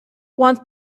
once